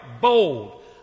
bold